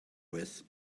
with